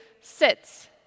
sits